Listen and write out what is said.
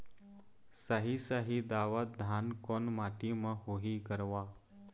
साही शाही दावत धान कोन माटी म होही गरवा?